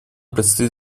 предстоит